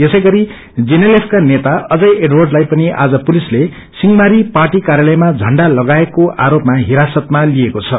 यसैगरी जीएनएलएफ का नेता अजय एडवर्डलाई पनि आज पुलिसले सिंहमारी पार्टी कार्यलयमा प्रण्डा लगाएको आरोपमा हिरासतमा लिएको छ